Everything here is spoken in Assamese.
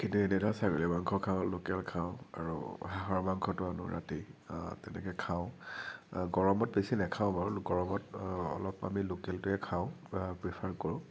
কেতিয়াবা কেতিয়াবা ছাগলী মাংস খাওঁ লোকেল খাওঁ আৰু হাঁহৰ মাংসটোও আনো ৰাতি তেনেকৈ খাওঁ গৰমত বেছি নাখাওঁ বাৰু গৰমত আমি লোকেলটোৱে খাওঁ বা প্ৰিফাৰ কৰোঁ